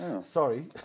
Sorry